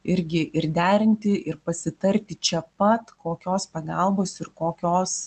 irgi ir derinti ir pasitarti čia pat kokios pagalbos ir kokios